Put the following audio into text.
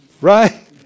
Right